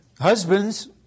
Husbands